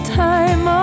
time